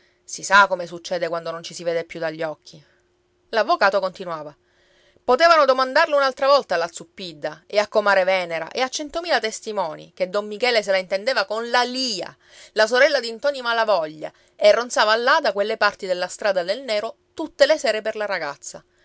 si sa come succede quando non ci si vede più dagli occhi l'avvocato continuava potevano domandarlo un'altra volta alla zuppidda e a comare venera e a centomila testimoni che don michele se la intendeva con la lia la sorella di ntoni malavoglia e ronzava là da quelle parti della strada del nero tutte le sere per la ragazza